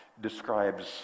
describes